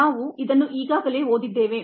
ನಾವು ಇದನ್ನು ಈಗಾಗಲೇ ಓದಿದ್ದೇವೆ